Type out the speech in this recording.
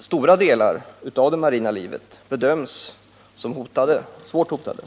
Stora delar av det marina livet bedöms som svårt hotade.